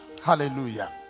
hallelujah